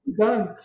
done